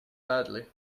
badly